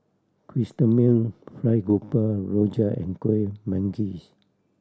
Chrysanthemum Fried Grouper rojak and Kuih Manggis